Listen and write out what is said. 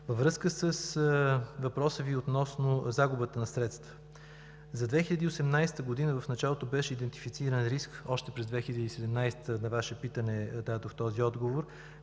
Във връзка с въпроса Ви относно загубата на средства. За 2018 г. в началото беше идентифициран риск – още през 2017 г. на Ваше питане дадох този отговор